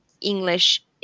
English